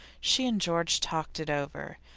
she and george talked it over.